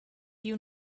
you